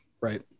Right